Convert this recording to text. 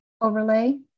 overlay